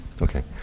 Okay